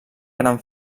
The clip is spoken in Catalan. gran